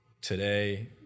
today